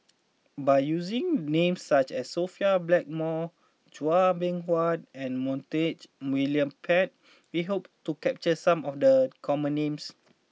by using names such as Sophia Blackmore Chua Beng Huat and Montague William Pett we hope to capture some of the common names